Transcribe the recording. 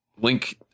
link